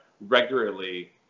regularly –